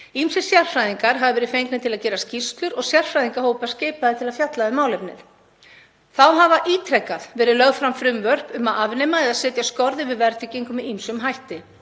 Ýmsir sérfræðingar hafa verið fengnir til að gera skýrslur og sérfræðingahópar skipaðir til að fjalla um málefnið. Þá hafa ítrekað verið lögð fram frumvörp um að afnema eða setja skorður við verðtryggingu með ýmsum hætti,